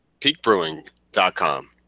peakbrewing.com